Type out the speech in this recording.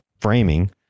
framing